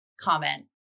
comment